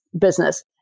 business